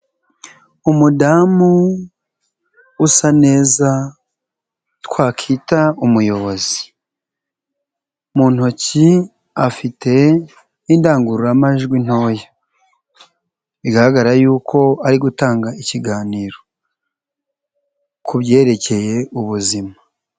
Umudamu usa neza twakwita umuyobozi, mu ntoki afite indangururamajwi ntoya, bigaragara yuko ari gutanga ikiganiro ku byerekeye ubuzima.